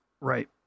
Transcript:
Right